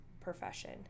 profession